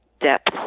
depth